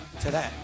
today